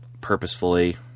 purposefully